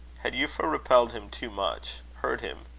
had euphra repelled him too much hurt him?